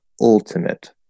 ultimate